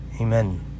Amen